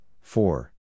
four